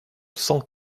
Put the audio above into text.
cent